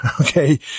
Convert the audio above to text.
Okay